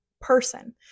person